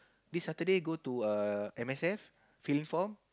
this Saturday go to M_S_F fill in form